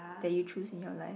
that you choose in your life